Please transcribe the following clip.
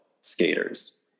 skaters